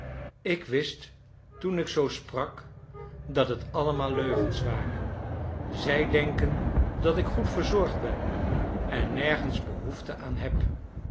ik wist toen ik zoo sprak dat het allemaal leugens waren zij denken dat ik goed verzorgd ben en nergens behoefte aan heb